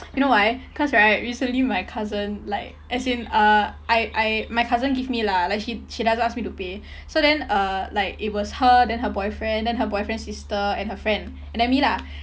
you know why cause right recently my cousin like as in uh I I my cousin give me lah like she she doesn't ask me to pay so then uh like it was her then her boyfriend then her boyfriend sister and her friend and then me lah